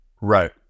Right